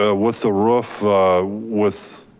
ah with the roof with,